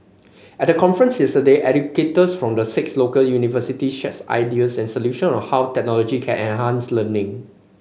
at the conference yesterday educators from the six local universities shares ideas and solution on how technology can enhance learning